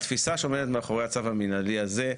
התפיסה שעומדת מאחורי הצו המנהלי הזה,